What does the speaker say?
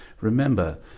Remember